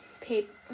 paper